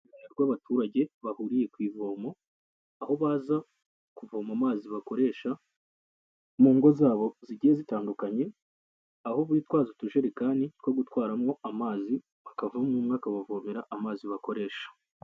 Abaturage bahuriye ku ivomo, aho baza kuvoma amazi bakoresha mu ngo zabo zigiye zitandukanye, aho bitwaza utujerekani two gutwaramo amazi, hakavamo umwe akabavomera amazi bakoresha.